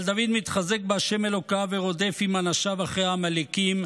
אבל דוד מתחזק בה' אלוקיו ורודף עם אנשיו אחר העמלקים,